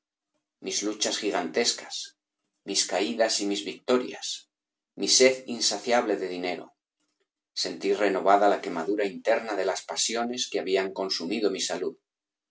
mis luchas gigantescas mis caídas y mis victorias mi sed insaciable de dinero sentí renovada la quemadura interna de las pasiones que habían consumido mi salud